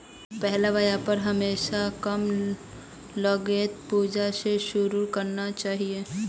पहला व्यापार हमेशा कम लागतेर पूंजी स शुरू करना चाहिए